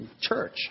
church